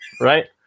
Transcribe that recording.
Right